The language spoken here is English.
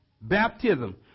Baptism